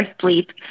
sleep